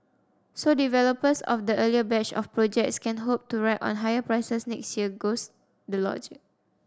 so developers of the earlier batch of projects can hope to ride on higher prices next year goes the logic